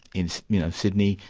in so you know sydney,